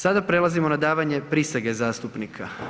Sada prelazimo na davanje prisege zastupnika.